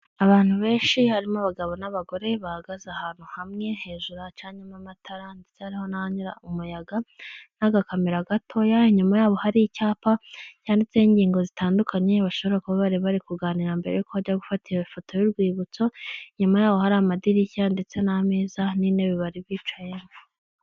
Abantu benshi harimo abagabo n'abagore bahagaze ahantu hamwe, hejuru hacanyemo amatara ndetse hariho n'ahanyura umuyaga n'agakamera gatoya, inyuma yabo hari icyapa cyanditseho ingingo zitandukanye bashobora kuba bari bari kuganira mbere yuko bajya gufara iyo foto y'urwibutso, inyuma yaho hari amadirishya ndetse n'ameza n'intebe bari bicayemo.